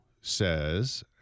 says